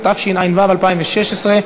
התשע"ו 2016,